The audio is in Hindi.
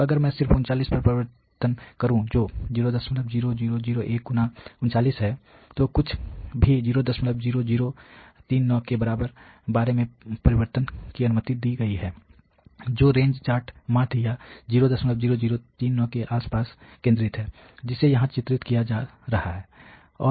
तो अगर मैं सिर्फ 39 पर परिवर्तन करू जो 00001 39 है जो कुछ भी 00039 के बारे में परिवर्तन की अनुमति दी गई है जो रेंज चार्ट माध्य या 00039 के आसपास केंद्रित है जिसे यहां चित्रित किया जा रहा है